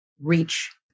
reach